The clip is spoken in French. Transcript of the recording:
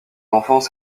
enfance